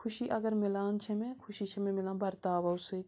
خوشی اَگر مِلان چھےٚ مےٚ خوشی چھےٚ مےٚ مِلان بَرتاوو سۭتۍ